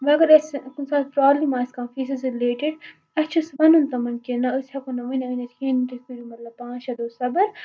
وۄنۍ اگر أسۍ کُنہِ ساتہٕ پرٛابلِم آسہِ کانٛہہ فیٖسَس رِلیٹِڈ اَسہِ چھِ سُہ وَنُن تِمَن کہِ نہ أسۍ ہیٚکو نہٕ وٕنہِ أنِتھ کِہیٖنۍ تُہۍ کٔرِو مطلب پانٛژھ شیٚے دۄہ صبر